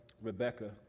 Rebecca